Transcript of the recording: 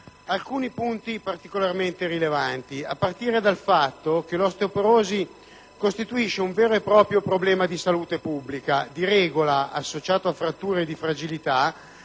alcuni punti particolarmente rilevanti, a partire dal fatto che l'osteoporosi costituisce un vero e proprio problema di salute pubblica, di regola associato a fratture da fragilità,